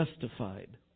justified